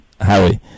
Harry